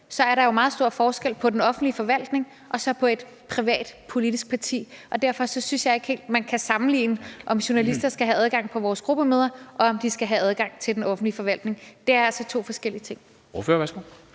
er der jo meget stor forskel på den offentlige forvaltning og så på et privat politisk parti. Derfor synes jeg ikke helt, man kan sammenligne, om journalister skal have adgang til vores gruppemøder, og om de skal have adgang til den offentlige forvaltning. Det er altså to forskellige ting.